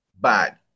bad